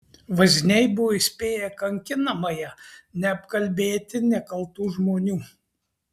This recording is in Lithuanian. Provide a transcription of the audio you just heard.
vazniai buvo įspėję kankinamąją neapkalbėti nekaltų žmonių